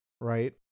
right